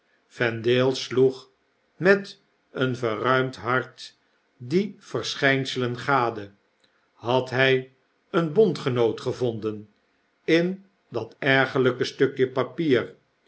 vendale sloeg met een verruimd hart die verschijnselen gade had hy een bondgenoot gevonden in dat ergerlpe stukje papier